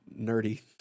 nerdy